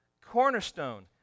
cornerstone